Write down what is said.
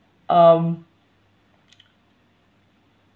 um